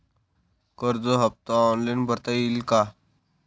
कर्ज हफ्ता ऑनलाईन भरता येईल का?